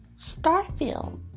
Starfield